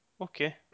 Okay